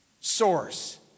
source